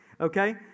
Okay